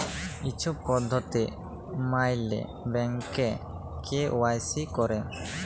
ই ছব পদ্ধতি ম্যাইলে ব্যাংকে কে.ওয়াই.সি ক্যরে